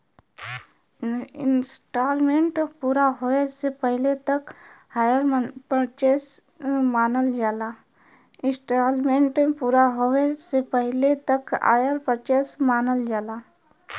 instalment पूरा होये से पहिले तक हायर परचेस मानल जाला